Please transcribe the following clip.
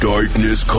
Darkness